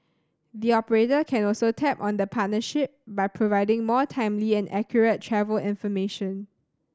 the operator can also tap on the partnership by providing more timely and accurate travel information